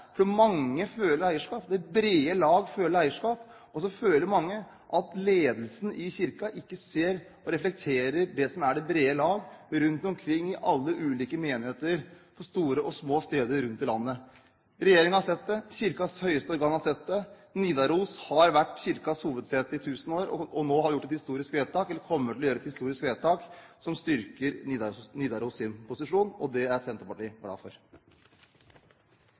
Mange føler eierskap. Det brede lag føler eierskap, og så føler mange at ledelsen i Kirken ikke ser og reflekterer det som er det brede lag rundt omkring i alle ulike menigheter på store og små steder i hele landet. Regjeringen har sett det, Kirkens høyeste organ har sett det. Nidaros har vært Kirkens hovedsete i tusen år. Nå kommer vi til å gjøre et historisk vedtak som styrker Nidaros’ posisjon, og det er Senterpartiet glad for.